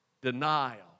denial